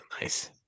Nice